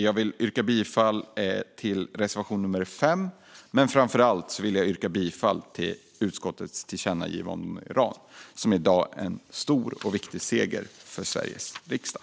Jag vill yrka bifall till reservation nummer 5, men framför allt vill jag yrka bifall till utskottets förslag till tillkännagivande om Iran, som i dag är en stor och viktig seger för Sveriges riksdag.